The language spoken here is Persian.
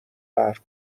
قهر